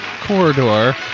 corridor